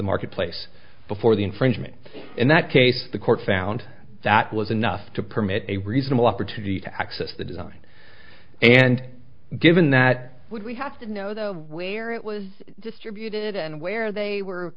the marketplace before the infringement in that case the court found that was enough to permit a reasonable opportunity to access the design and given that would we have to know though where it was distributed and where they were